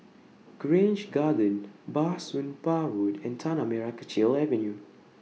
Grange Garden Bah Soon Pah Road and Tanah Merah Kechil Avenue